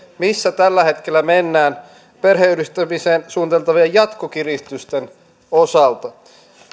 missä tällä hetkellä mennään perheenyhdistämiseen suunniteltavien jatkokiristysten osalta